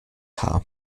haar